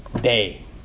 day